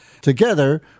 Together